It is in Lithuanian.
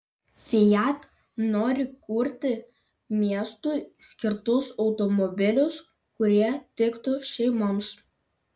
fiat nori kurti miestui skirtus automobilius kurie tiktų šeimoms